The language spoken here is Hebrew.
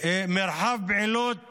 לכלי תקשורת מרחב פעילות